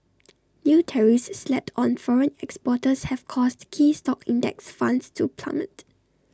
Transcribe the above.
new tariffs slapped on foreign exporters have caused key stock index funds to plummet